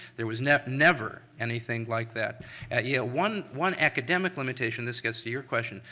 there was never never anything like that at yale. one one academic limitation, this gets to your question,